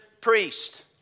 priest